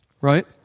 right